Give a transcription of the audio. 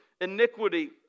iniquity